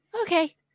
Okay